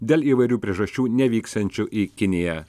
dėl įvairių priežasčių nevyksiančių į kiniją